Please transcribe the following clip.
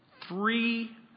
three